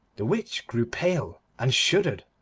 the witch grew pale, and shuddered,